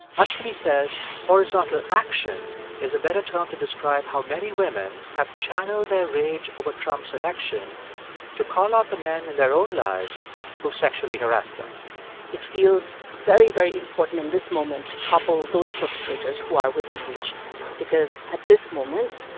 ashwini says horizontal action is a better term to describe how many women have channeled their rage over trump's election to call out the men in their own lives who have sexually harass them it feels very, very important in this moment to topple those perpetrators who are within reach because, at this moment,